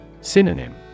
Synonym